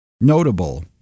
notable